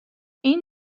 این